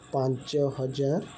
ପାଞ୍ଚ ହଜାର